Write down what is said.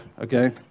okay